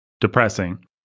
depressing